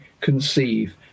conceive